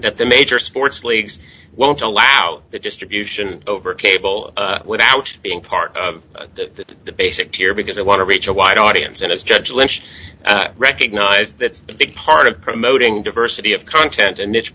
that the major sports leagues won't allow the distribution over cable without being part of the basic here because they want to reach a wide audience and as judge lynch recognized that a big part of promoting diversity of content and nich